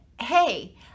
hey